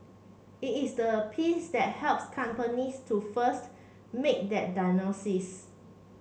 it is the piece that helps companies to first make that diagnosis